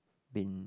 been